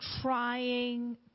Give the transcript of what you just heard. trying